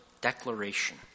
declaration